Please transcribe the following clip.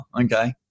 okay